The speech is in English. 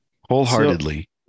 wholeheartedly